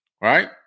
Right